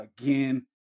again